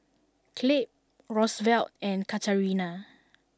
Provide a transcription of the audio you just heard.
Clabe Rosevelt and Katarina